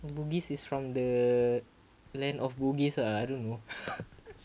bugis is from the land of bugis ah I don't know